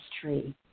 tree